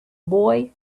boy